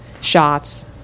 shots